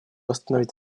остановить